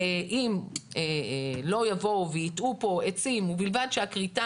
אם לא יבואו וייטעו פה עצים ובלבד שהכריתה